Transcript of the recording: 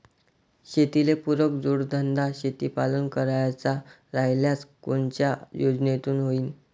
शेतीले पुरक जोडधंदा शेळीपालन करायचा राह्यल्यास कोनच्या योजनेतून होईन?